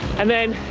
and then,